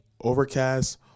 Overcast